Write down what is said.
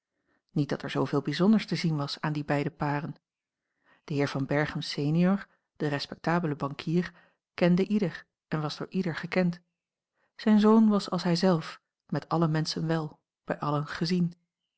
niet dat er zooveel bijzonders te zien was aan die beide paren de heer van berchem senior de respectabele bankier kende ieder en was door ieder gekend zijn zoon was als hij zelf met alle menschen wel bij allen gezien